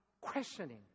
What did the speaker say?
questioning